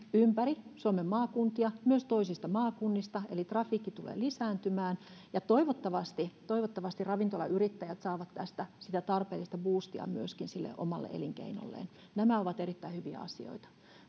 ympäri suomen maakuntia myös toisista maakunnista eli trafiikki tulee lisääntymään ja toivottavasti toivottavasti ravintolayrittäjät saavat tästä sitä tarpeellista buustia myöskin sille omalle elinkeinolleen nämä ovat erittäin hyviä asioita